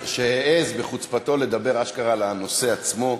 שהעז בחוצפתו לדבר אשכרה על הנושא עצמו.